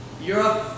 Europe